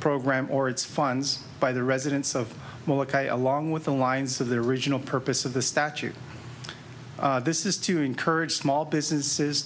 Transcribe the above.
program or its funds by the residents of molokai along with the lines of the original purpose of the statute this is to encourage small businesses